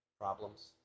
problems